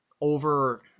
over